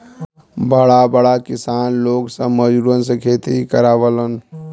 बड़ा बड़ा किसान लोग सब मजूरन से खेती करावलन